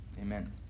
Amen